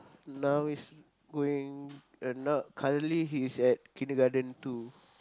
now he's going uh now currently he's at kindergarten two